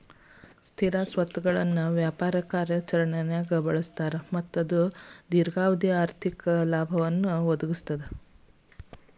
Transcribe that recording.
ಸ್ಥಿರ ಸ್ವತ್ತುಗಳನ್ನ ವ್ಯಾಪಾರ ಕಾರ್ಯಾಚರಣ್ಯಾಗ್ ಬಳಸ್ತಾರ ಮತ್ತ ಅದು ದೇರ್ಘಾವಧಿ ಆರ್ಥಿಕ ಲಾಭವನ್ನ ಒದಗಿಸ್ತದ